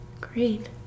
Great